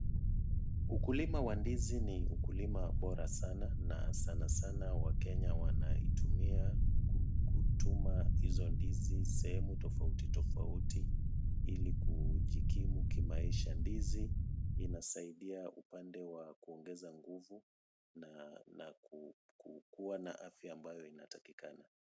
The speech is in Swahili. Ukulima wa ndizi ni ukulima bora sana na sana sana wakenya wanaitumia kutuma hizo ndizi sehemu tofauti tofauti, ili kujikimu kimaisha. Ndizi inasaidia upande wa kuongeza nguvu na kuwa na afya ambayo inatakikana.